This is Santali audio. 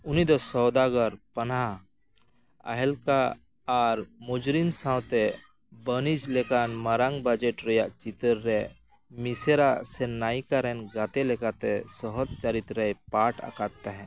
ᱩᱱᱤᱫᱚ ᱥᱚᱣᱫᱟᱜᱚᱨ ᱯᱟᱱᱟᱦ ᱟᱦᱮᱞᱠᱟ ᱟᱨ ᱢᱚᱡᱩᱨᱤᱢ ᱥᱟᱶᱛᱮ ᱵᱟᱹᱱᱤᱡᱽ ᱞᱮᱠᱟᱱ ᱢᱟᱨᱟᱝ ᱵᱟᱡᱮᱴ ᱨᱮᱭᱟᱜ ᱪᱤᱛᱟᱹᱨ ᱨᱮ ᱢᱤᱥᱮᱨᱟ ᱥᱮ ᱱᱟᱭᱤᱠᱟᱨᱮᱱ ᱜᱟᱛᱮ ᱞᱮᱠᱟᱛᱮ ᱥᱚᱦᱚᱫ ᱪᱚᱨᱤᱛᱨᱮᱭ ᱯᱟᱴᱷ ᱟᱠᱟᱫ ᱛᱟᱦᱮᱸᱫ